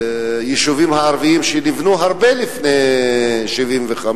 ביישובים הערביים, שנבנו הרבה לפני 1975,